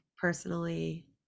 personally